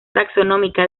taxonómica